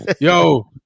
Yo